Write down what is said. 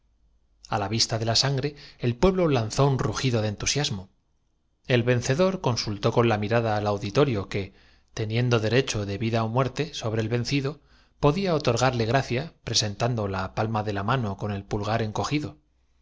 la vista de la sangre el pueblo lanzó un rujido de dían á un pez de metal que en la cimera de sus cascos entusiasmo el vencedor consultó con la mirada al ostentaban los opuestos combatientes ó el gallo ha auditorio que teniendo derecho de vida ó muerte so bía perdido los espolones ó el pescador lo era más de bre el vencido podía otorgarle gracia presentando la caña que de red ello es lo positivo que en una de las palma de la mano con el pulgar encogido